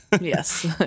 Yes